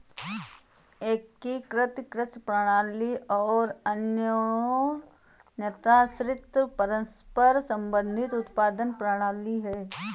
एकीकृत कृषि प्रणाली एक अन्योन्याश्रित, परस्पर संबंधित उत्पादन प्रणाली है